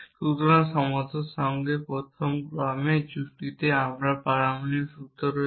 সুতরাং সমতার সাথে প্রথম ক্রমে যুক্তিতে আমাদের পারমাণবিক সূত্র রয়েছে